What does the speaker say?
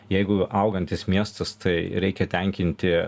jeigu augantis miestas tai reikia tenkinti